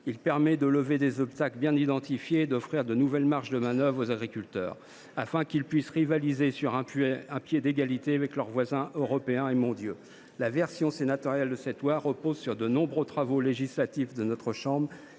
Il permet de lever des obstacles bien identifiés et d’offrir de nouvelles marges de manœuvre aux agriculteurs, afin que ces derniers puissent rivaliser sur un pied d’égalité avec leurs voisins européens et mondiaux. La version sénatoriale de cette loi repose sur de nombreux travaux législatifs de notre chambre